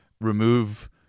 remove